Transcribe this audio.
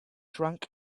drank